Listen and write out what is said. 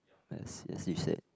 yes as you said